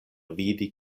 vidi